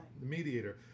mediator